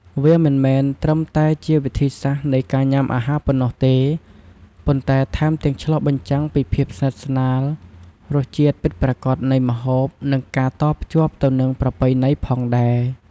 វាមិនមែនត្រឹមតែជាវិធីសាស្រ្តនៃការញ៉ាំអាហារប៉ុណ្ណោះទេ ប៉ុន្តែថែមទាំងឆ្លុះបញ្ចាំងពីភាពស្និទ្ធស្នាល រសជាតិពិតប្រាកដនៃម្ហូប និងការតភ្ជាប់ទៅនឹងប្រពៃណីផងដែរ។